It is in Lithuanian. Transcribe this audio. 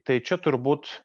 tai čia turbūt